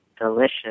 delicious